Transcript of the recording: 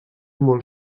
molt